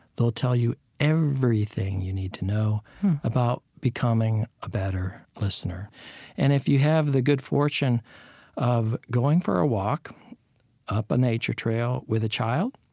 they'll tell you everything you need to know about becoming a better listener and if you have the good fortune of going for a walk up a nature trail with a child,